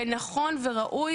ונכון וראוי,